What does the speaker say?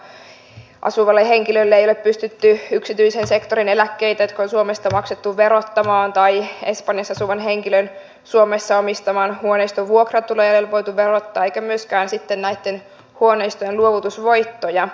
espanjassa asuvalta henkilöltä ei ole pystytty yksityisen sektorin eläkkeitä jotka on suomesta maksettu verottamaan eikä espanjassa asuvan henkilön suomessa omistaman huoneiston vuokratuloja ole voitu verottaa eikä myöskään sitten näitten huoneistojen luovutusvoittoja